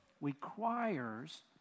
requires